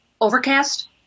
overcast